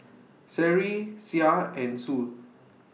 Seri Syah and Zul